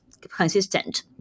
consistent